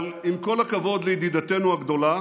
אבל עם כל הכבוד לידידתנו הגדולה